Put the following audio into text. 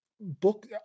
book